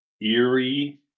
eerie